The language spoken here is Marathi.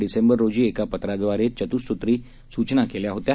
डिसेंबररोजीएकापत्राद्वारेचुतुसुत्रीसूचनाकेल्याहोत्या